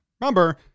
Remember